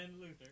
Luther